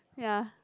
ya